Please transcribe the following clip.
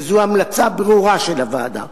וזו המלצה ברורה של הוועדה.